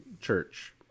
church